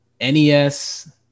nes